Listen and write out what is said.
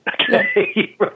Okay